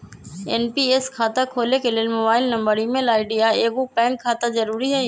NPS खता खोले के लेल मोबाइल नंबर, ईमेल आई.डी, आऽ एगो बैंक खता जरुरी हइ